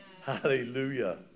Hallelujah